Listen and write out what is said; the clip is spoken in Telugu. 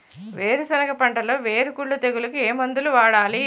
వేరుసెనగ పంటలో వేరుకుళ్ళు తెగులుకు ఏ మందు వాడాలి?